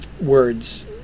words